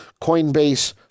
coinbase